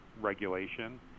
regulation